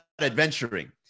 adventuring